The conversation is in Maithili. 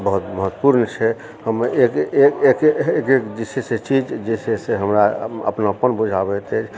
बहुत महत्वपूर्ण छै हम एक एक एक जे छै से चीज जे छै से हमरा अपनापन बुझाबैत अछि